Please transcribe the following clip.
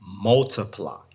multiply